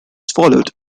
followed